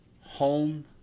home